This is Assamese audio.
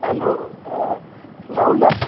হেল্ল' ৰাহুল দা